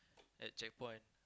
at checkpoint